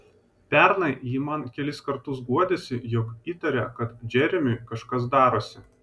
pernai ji man kelis kartus guodėsi jog įtaria kad džeremiui kažkas darosi